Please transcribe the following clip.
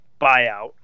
buyout